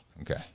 Okay